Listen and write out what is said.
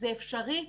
זה אפשרי,